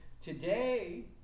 today